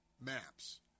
maps